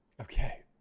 okay